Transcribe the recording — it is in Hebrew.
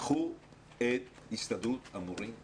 קחו את הסתדרות המורים בחשבון.